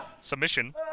submission